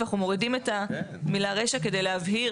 ואנחנו מורידים את המילה רישה כדי להבהיר